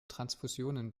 transfusionen